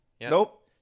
Nope